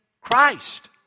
Christ